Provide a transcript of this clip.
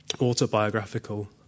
autobiographical